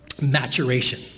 Maturation